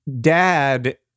dad